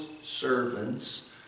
servants